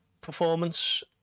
performance